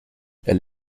elle